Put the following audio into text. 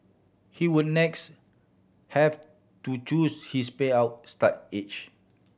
he would next have to choose his payout start age